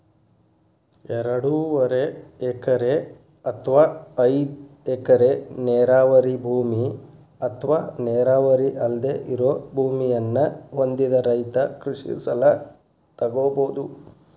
ಎರಡೂವರೆ ಎಕರೆ ಅತ್ವಾ ಐದ್ ಎಕರೆ ನೇರಾವರಿ ಭೂಮಿ ಅತ್ವಾ ನೇರಾವರಿ ಅಲ್ದೆ ಇರೋ ಭೂಮಿಯನ್ನ ಹೊಂದಿದ ರೈತ ಕೃಷಿ ಸಲ ತೊಗೋಬೋದು